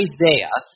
Isaiah